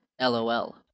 LOL